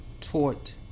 taught